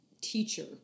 teacher